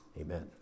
Amen